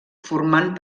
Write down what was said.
formant